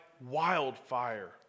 Wildfire